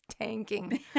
tanking